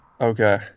Okay